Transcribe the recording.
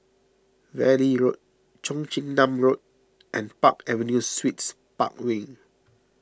Valley Road Cheong Chin Nam Road and Park Avenue Suites Park Wing